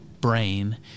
brain